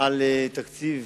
על תקציב